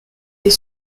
est